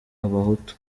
abahutu